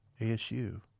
ASU